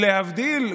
ולהבדיל,